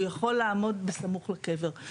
הוא יכול לעמוד בסמוך לקבר.